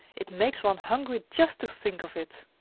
it makes one hungry just to think of it.